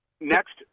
next